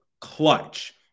clutch